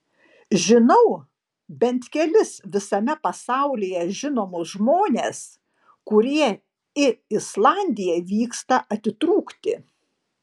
žinau bent kelis visame pasaulyje žinomus žmones kurie į islandiją vyksta atitrūkti